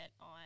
on